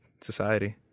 society